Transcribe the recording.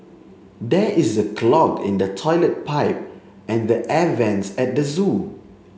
there is a clog in the toilet pipe and the air vents at the zoo